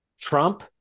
Trump